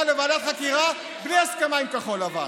לוועדת חקירה בלי הסכמה עם כחול לבן.